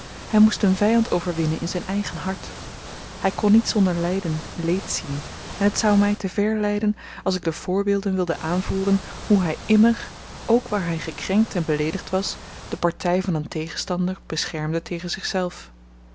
hy moest een vyand overwinnen in zyn eigen hart hy kon niet zonder lyden leed zien en t zou my te ver leiden als ik de voorbeelden wilde aanvoeren hoe hy immer ook waar hy gekrenkt en beleedigd was de party van een tegenstander beschermde tegen zichzelf